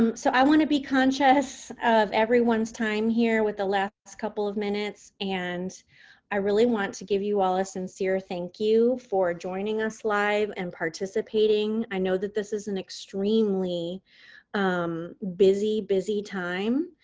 um so, i want to be conscious of everyone's time here with the last couple of minutes. and i really want to give you all a sincere thank you for joining us live and participating. i know that this is an extremely um busy, busy time.